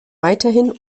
weiterhin